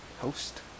Host